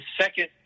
second